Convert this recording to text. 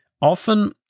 often